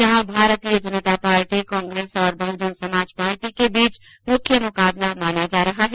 यहां Bharatiya Janata Party Congress और Bahujan Samaj Party के बीच मुख्य मुकाबला माना जा रहा है